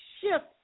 shift